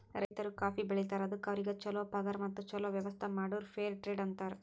ರೈತರು ಕಾಫಿ ಬೆಳಿತಾರ್ ಅದುಕ್ ಅವ್ರಿಗ ಛಲೋ ಪಗಾರ್ ಮತ್ತ ಛಲೋ ವ್ಯವಸ್ಥ ಮಾಡುರ್ ಫೇರ್ ಟ್ರೇಡ್ ಅಂತಾರ್